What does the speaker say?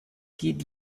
geht